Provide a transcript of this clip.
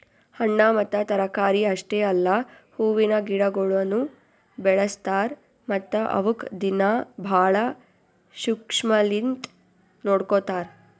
ಹಣ್ಣ ಮತ್ತ ತರಕಾರಿ ಅಷ್ಟೆ ಅಲ್ಲಾ ಹೂವಿನ ಗಿಡಗೊಳನು ಬೆಳಸ್ತಾರ್ ಮತ್ತ ಅವುಕ್ ದಿನ್ನಾ ಭಾಳ ಶುಕ್ಷ್ಮಲಿಂತ್ ನೋಡ್ಕೋತಾರ್